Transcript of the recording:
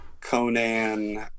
Conan